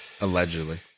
Allegedly